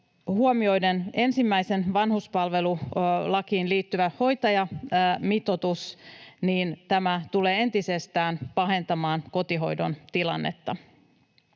huomioidaan ensimmäiseen vanhuspalvelulakiin liittyvä hoitajamitoitus, tämä tulee entisestään pahentamaan kotihoidon tilannetta.